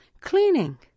cleaning